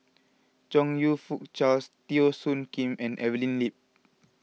Chong You Fook Charles Teo Soon Kim and Evelyn Lip